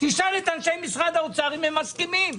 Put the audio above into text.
תשאל את אנשי משרד האוצר אם הם מסכימים.